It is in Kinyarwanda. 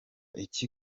iki